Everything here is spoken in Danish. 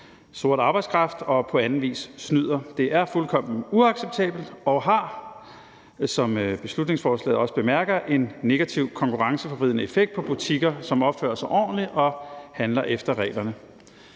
sort arbejdskraft og på anden vis snyder. Det er fuldkommen uacceptabelt og har, som beslutningsforslaget også bemærker, en negativ konkurrenceforvridende effekt på butikker, som opfører sig ordentligt og handler efter reglerne.